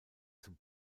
zum